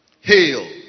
Hail